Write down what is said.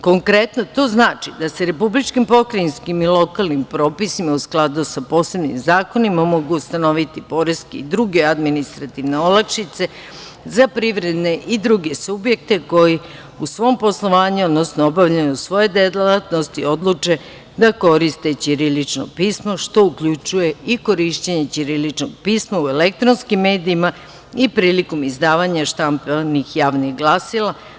Konkretno, to znači da se republičkim, pokrajinskim i lokalnim propisima, u skladu sa posebnim zakonima, mogu ustanoviti poreske i druge administrativne olakšice za privredne i druge subjekte koji u svom poslovanju, odnosno obavljanju svoje delatnosti odluče da koriste ćirilično pismo, što uključuje i korišćenje ćiriličnog pisma u elektronskim medijima i prilikom izdavanja štampanih javnih glasila.